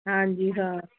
ਹਾਂਜੀ ਹਾਂ